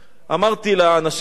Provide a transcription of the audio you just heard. אמרתי לאנשים שלי,